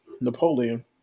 Napoleon